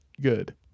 good